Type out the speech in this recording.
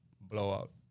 blowout